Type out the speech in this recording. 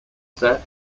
step